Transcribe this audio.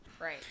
Right